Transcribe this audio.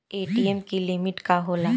ATM की limit का होला?